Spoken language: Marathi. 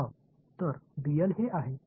हं तर dl हे आहे